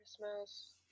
Christmas